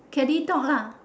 catty dog lah